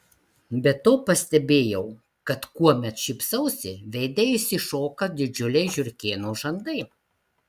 be to pastebėjau kad kuomet šypsausi veide išsišoka didžiuliai žiurkėno žandai